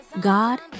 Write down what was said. God